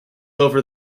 over